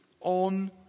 on